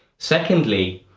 secondly,